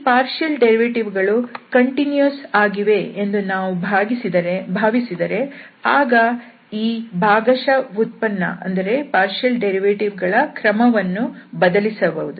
ಈ ಭಾಗಶಃ ಉತ್ಪನ್ನ ಗಳು ಕಂಟಿನ್ಯೂಸ್ ಆಗಿವೆ ಎಂದು ನಾವು ಭಾವಿಸಿದರೆ ಆಗ ಈ ಭಾಗಶಃ ಉತ್ಪನ್ನ ಗಳ ಕ್ರಮವನ್ನು ಬದಲಿಸಬಹುದು